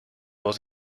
was